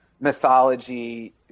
mythology